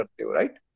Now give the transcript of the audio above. right